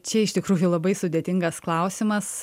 čia iš tikrųjų labai sudėtingas klausimas